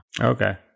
Okay